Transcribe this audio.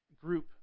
group